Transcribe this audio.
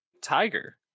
tiger